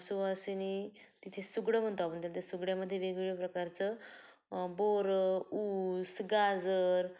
सुवासिनी तिथे सुगडं म्हणतो आपण त्याला ते सुगड्यामध्ये वेगवेगळ्या प्रकारचं बोरं ऊस गाजर